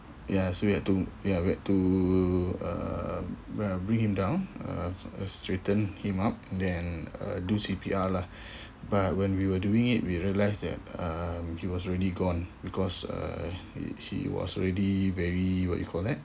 ya so we have to ya we had to uh br~ bring him down uh uh straighten him up then uh do C_P_R lah but when we were doing it we realised that um he was already gone because uh he was already very what you call that